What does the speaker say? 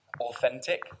authentic